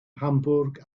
hamburg